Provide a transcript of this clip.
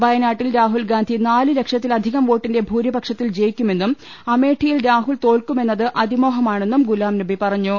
വയനാട്ടിൽ രാഹുൽഗാന്ധി നാല് ലക്ഷ ത്തിലധികം വോട്ടിന്റെ ഭൂരിപക്ഷത്തിൽ ജയിക്കുമെന്നും അമേഠി യിൽ രാഹുൽ തോൽക്കുമെന്നത് അതിമോഹമാണെന്നും ഗുലാം നബി പറഞ്ഞു